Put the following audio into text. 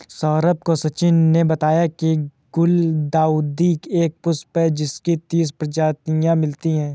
सौरभ को सचिन ने बताया की गुलदाउदी एक पुष्प है जिसकी तीस प्रजातियां मिलती है